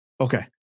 okay